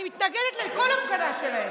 אני מתנגדת לכל הפגנה שלהם.